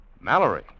Mallory